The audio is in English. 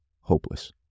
hopeless